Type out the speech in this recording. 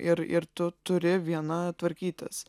ir ir tu turi viena tvarkytis